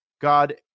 God